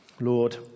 Lord